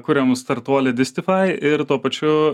kuriam startuolį distifai ir tuo pačiu